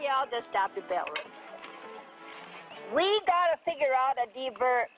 belt we gotta figure out a deeper